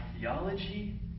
theology